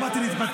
לא באתי להיפטר.